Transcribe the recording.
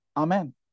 Amen